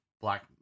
black